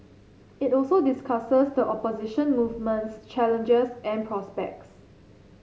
it also discusses the opposition movement's challenges and prospects